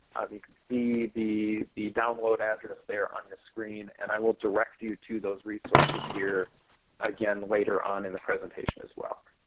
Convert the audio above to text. you can see the the download address there on your screen, and i will direct you to those resources here again later on in the presentation as well.